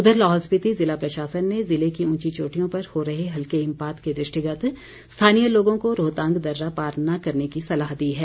उधर लाहौल स्पीति ज़िला प्रशासन ने ज़िले की ऊंची चोटियों पर हो रहे हल्के हिमपात के दृष्टिगत स्थानीय लोगों को रोहतांग दर्रा पार न करने की सलाह दी है